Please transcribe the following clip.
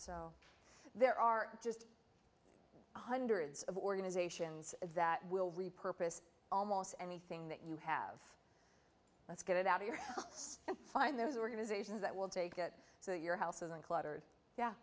so there are just hundreds of organizations that will repurpose almost anything that you have let's get it out of your find those organizations that will take it so